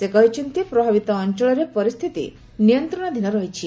ସେ କହିଛନ୍ତି ପ୍ରଭାବିତ ଅଞ୍ଚଳରେ ପରିସ୍ଥିତି ନିୟନ୍ତ୍ରଣାଧୀନ ରହିଛି